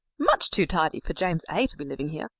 much too tidy for james a. to be living here,